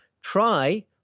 Try